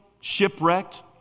shipwrecked